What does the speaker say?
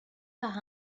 par